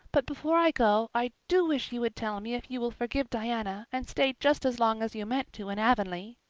but before i go i do wish you would tell me if you will forgive diana and stay just as long as you meant to in avonlea.